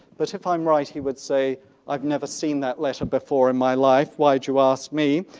but if i'm right, he would say i've never seen that letter before in my life, why'd you ask me?